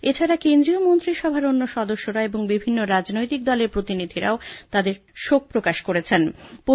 এছাড়া কেন্দ্রীয় মন্ত্রিসভার অন্য সদস্যরা এবং বিভিন্ন রাজনৈতিক দলের প্রতিনিধিরাও তাদের শোক জানিয়েছেন